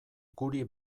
guri